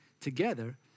together